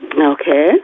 Okay